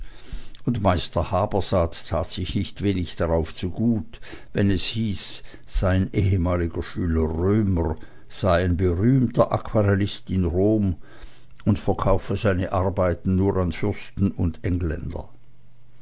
und meister habersaat tat sich nicht wenig darauf zu gut wenn es hieß sein ehemaliger schüler römer sei ein berühmter aquarellist in rom und verkaufe seine arbeiten nur an fürsten und engländer